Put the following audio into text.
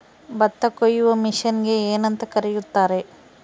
ಭತ್ತ ಕೊಯ್ಯುವ ಮಿಷನ್ನಿಗೆ ಏನಂತ ಕರೆಯುತ್ತಾರೆ?